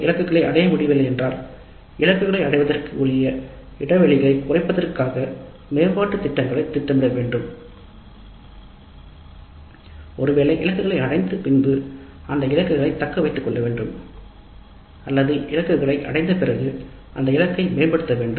இலக்குகளை அடைவதற்கு உள்ள இடைவெளிகளை குறைப்பதற்காக மேம்பாட்டுத் திட்டங்களை திட்டமிட வேண்டும் ஒருவேளை இலக்குகளை அடைந்து பின்பு அந்த இலக்குகளை மேம்படுத்த வேண்டும் அல்லது இலக்குகளை அடைய வில்லை என்றால் அதே இலக்குகளை தக்கவைத்துக் கொள்ள வேண்டும்